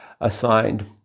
assigned